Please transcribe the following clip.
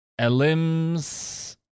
Elims